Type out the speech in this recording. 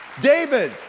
David